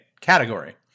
category